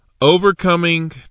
overcoming